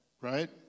Right